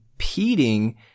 Competing